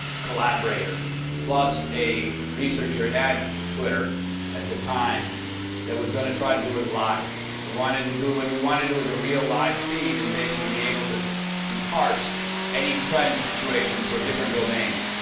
collaborator plus a researcher at twitter at the time that was gonna try to do it live. we wanted to do what we wanted to do was a real, live feed, and basically be able to to parse any trend situation for different domains.